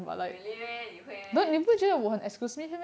what really meh 你会 meh